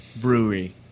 brewery